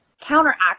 counteract